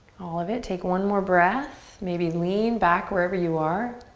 all of it, take one more breath. maybe lean back wherever you are.